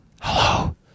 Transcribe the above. hello